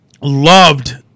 loved